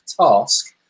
task